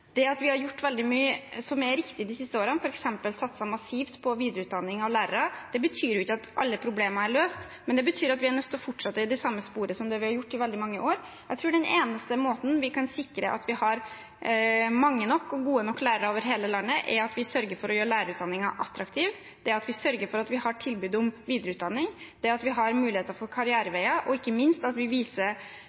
Det at vi har gjort veldig mye som er riktig de siste årene, f.eks. satset massivt på videreutdanning av lærere, betyr ikke at alle problemer er løst. Men det betyr at vi må fortsette i det samme sporet som vi har gjort i veldig mange år. Jeg tror den eneste måten vi kan sikre at vi har mange nok og gode nok lærere over hele landet på, er at vi sørger for å gjøre lærerutdanningen attraktiv, det at vi sørger for at vi har tilbud om videreutdanning, det at vi har muligheter for karriereveier, og ikke minst at vi viser